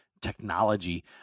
technology